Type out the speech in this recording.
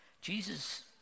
Jesus